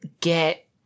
get